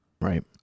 Right